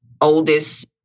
oldest